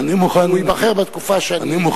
הוא ייבחר בתקופה שאני,